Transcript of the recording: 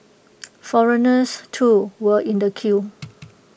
foreigners too were in the queue